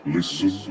Listen